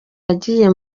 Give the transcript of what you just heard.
yagiye